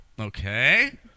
Okay